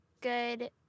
good